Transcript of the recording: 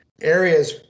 areas